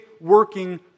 working